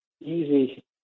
easy